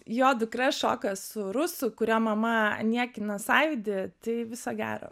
jo dukra šoka su rusu kurio mama niekina sąjūdį tai viso gero